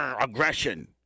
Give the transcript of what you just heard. aggression